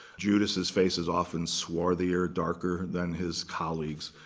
judas's face is often swarthy or darker than his colleagues,